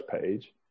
page